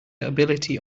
ability